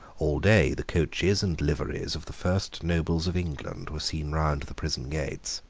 all day the coaches and liveries of the first nobles of england were seen round the prison gates.